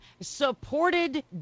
supported